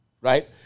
right